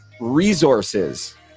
resources